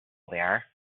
there